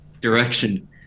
direction